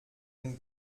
den